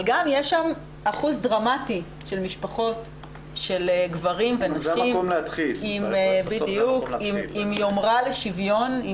אבל גם יש שם אחוז דרמטי של משפחות של גברים ונשים עם יומרה לשוויון,